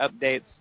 updates